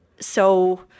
So-